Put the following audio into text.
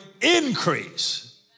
increase